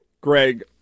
Greg